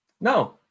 no